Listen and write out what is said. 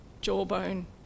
jawbone